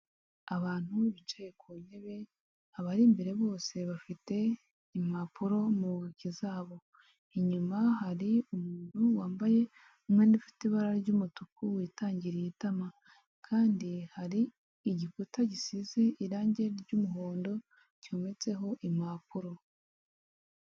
Abantu bicaye ku ntebe abari imbere bose bafite impapuro mu ntoki zabo, inyuma hari umuntu wambaye umwenda ufite ibara ry'umutuku witangiriye itama kandi hari igikuta gisize irangi ry'umuhondo cyometseho impapuro.